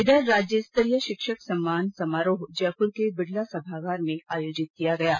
इधर राज्यस्तरीय शिक्षक सम्मान समारोह जयपुर के बिड़ला सभागार में आयोजित किया गया है